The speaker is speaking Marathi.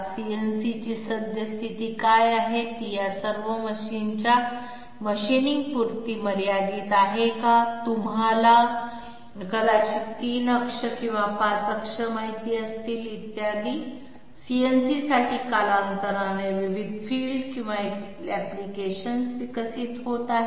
CNC ची सद्यस्थिती काय आहे ती या सर्व मशीनच्या मशीनिंगपुरती मर्यादित आहे का आणि तुम्हाला कदाचित 3 अक्ष किंवा 5 अक्ष माहित असतील इत्यादी CNC साठी कालांतराने विविध फील्ड किंवा ऍप्लिकेशन्स विकसित होत आहेत